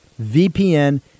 VPN